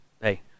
hey